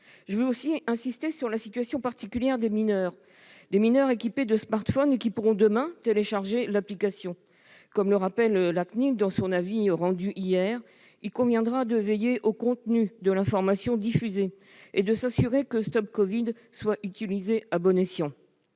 Je souhaite aussi insister sur la situation particulière des mineurs équipés de smartphone, qui pourront, demain, télécharger l'application. Comme le rappelle la CNIL dans son avis rendu hier, il conviendra de veiller au contenu de l'information diffusée et de s'assurer que StopCovid soit utilisée à bon escient